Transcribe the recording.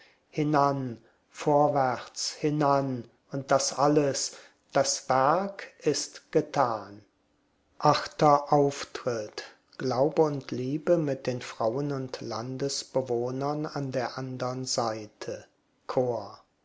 hinan vorwärts hinan und das alles das werk ist getan achter auftritt glaube und liebe mit den frauen und landbewohnern an der andern seite chor